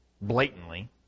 blatantly